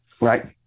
right